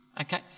okay